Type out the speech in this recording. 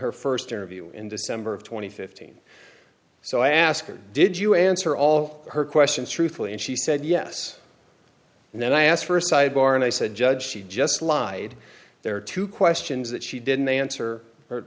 her first interview in december of two thousand and fifteen so i asked her did you answer all her questions truthfully and she said yes and then i asked for a sidebar and i said judge she just lied there are two questions that she didn't answer